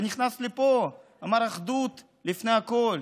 נכנס לפה ואמר: אחדות לפני הכול,